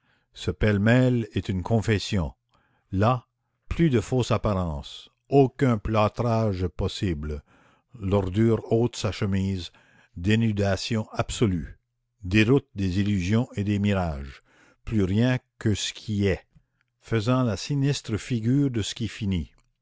ce pêle-mêle est une confession là plus de fausse apparence aucun plâtrage possible l'ordure ôte sa chemise dénudation absolue déroute des illusions et des mirages plus rien que ce qui est faisant la sinistre figure de ce qui finit